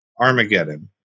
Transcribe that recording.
Armageddon